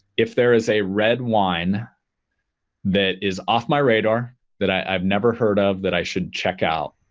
if there is a red wine that is off my radar that i've never heard of that i should check out,